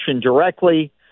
directly